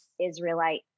Israelite